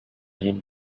him